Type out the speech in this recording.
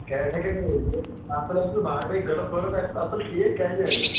کیٛازِ ہیٚکٮ۪کھ نہٕ لٔگِتھ اَصٕل ہے چھِ باگنے گٔرٕتھ ؤرٕتھ آسیٚس اَصٕل ٹھیٖک کیٚازِ نیرِ نہٕ